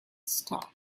start